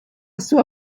sua